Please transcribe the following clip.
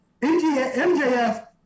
MJF